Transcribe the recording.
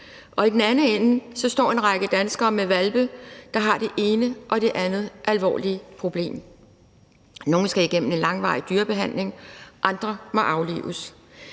I den anden ende står en række danskere med hvalpe, der har det ene og det andet alvorlige problem. Nogle skal igennem en langvarig dyrebehandling, andre må aflives.